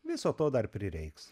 viso to dar prireiks